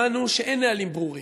הבנו שאין נהלים ברורים,